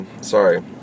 sorry